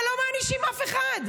אבל לא מענישים אף אחד.